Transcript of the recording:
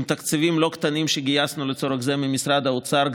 עם תקציבים לא קטנים שגייסנו לצורך זה ממשרד האוצר,